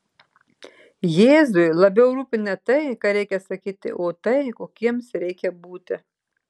jėzui labiau rūpi ne tai ką reikia sakyti o tai kokiems reikia būti